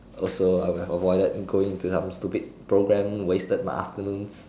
also I would have avoided going to some stupid programme wasted my afternoons